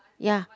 ya